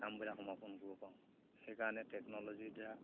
কামবিলাক সমাপন কৰিব পাৰোঁ সেইকাৰণে টেকন'লজিৰ দ্বাৰা